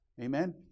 Amen